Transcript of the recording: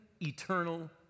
eternal